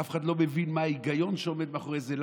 אף אחד לא מבין מה ההיגיון שעומד מאחורי זה,